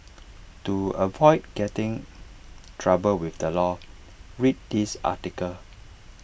to avoid getting trouble with the law read this article